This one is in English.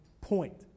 point